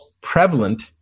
prevalent